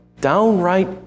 downright